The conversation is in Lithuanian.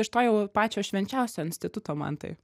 iš to jau pačio švenčiausio instituto mantai